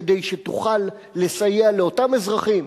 כדי שתוכל לסייע לאותם אזרחים,